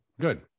good